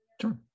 sure